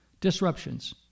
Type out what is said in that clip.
Disruptions